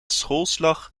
schoolslag